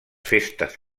festes